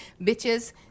bitches